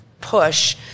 push